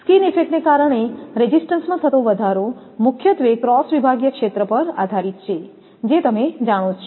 skin ઇફેક્ટને કારણે રેઝિસ્ટન્સમાં થતો વધારો મુખ્યત્વે ક્રોસ વિભાગીય ક્ષેત્ર પર આધારિત છે જે તમે જાણો જ છો